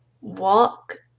walk